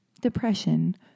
depression